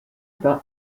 par